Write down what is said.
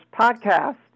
podcast